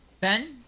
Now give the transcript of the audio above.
Ben